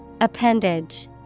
Appendage